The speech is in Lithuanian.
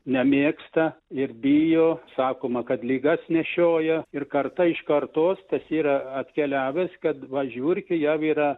nemėgsta ir bijo sakoma kad ligas nešioja ir karta iš kartos tas yra atkeliavęs kad va žiurkė jau yra